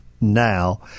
now